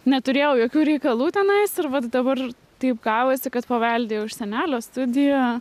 neturėjau jokių reikalų tenai ir vat dabar taip gavosi kad paveldėjau iš senelio studiją